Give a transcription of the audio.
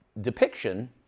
depiction